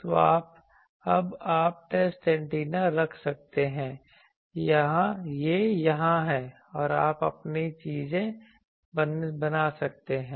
तो अब आप टेस्ट एंटीना रख सकते हैं यह यहां है और आप अपनी चीजें बना सकते हैं